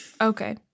Okay